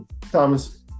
Thomas